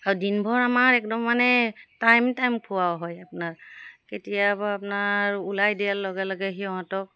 আৰু দিনভৰ আমাৰ একদম মানে টাইম টাইম খোৱাও হয় আপোনাৰ কেতিয়াবা আপোনাৰ ওলাই দিয়াৰ লগে লগে সিহঁতক